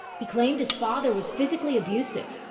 he claimed his father was physically abusive.